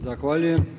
Zahvaljujem.